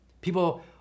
People